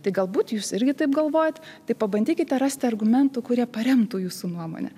tai galbūt jūs irgi taip galvojat tai pabandykite rasti argumentų kurie paremtų jūsų nuomonę